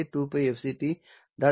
s 2¿ இருக்கும்